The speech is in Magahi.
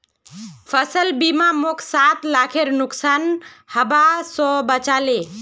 फसल बीमा मोक सात लाखेर नुकसान हबा स बचा ले